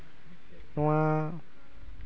ᱱᱚᱣᱟ